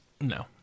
No